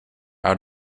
out